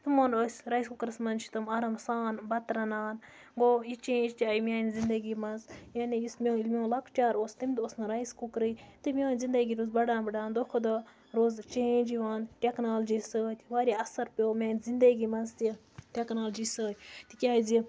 تِمَن ٲسۍ رایِس کُکرَس منٛز چھِ تِم آرام سان بَتہٕ رَنان گوٚو یہِ چینٛج تہِ آیہِ میٛانہِ زِندگی منٛز یعنی یُس ییٚلہِ میون لۄکچار اوس تَمہِ دۄہ اوس نہٕ رایِس کُکرٕے تہٕ میٛٲنۍ زِندگی روٗز بَڑان بَڑان دۄہ کھۄ دۄہ روزٕ چینٛج یِوان ٹٮ۪کنالجی سۭتۍ واریاہ اَثر پیوٚو میٛانہِ زِندگی منٛز تہِ ٹٮ۪کنالجی سۭتۍ تِکیٛازِ